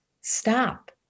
Stop